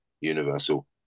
universal